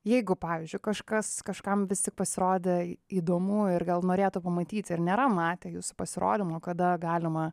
jeigu pavyzdžiui kažkas kažkam vis tik pasirodė įdomu ir gal norėtų pamatyti ir nėra matę jūsų pasirodymo kada galima